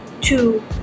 two